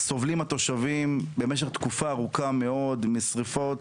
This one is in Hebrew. סובלים התושבים במשך תקופה ארוכה מאוד משריפות